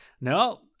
no